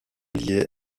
liés